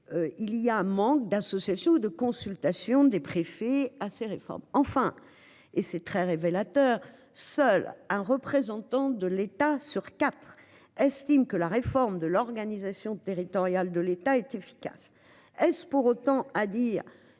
Il y a un manque d'associations de consultation des préfets à ces réformes, enfin et c'est très révélateur. Seul un représentant de l'État sur 4 estiment que la réforme de l'organisation territoriale de l'État est efficace. Est-ce pour autant à dire